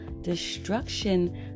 destruction